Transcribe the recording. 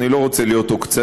אני לא רוצה להיות עוקצני,